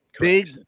Big